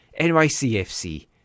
NYCFC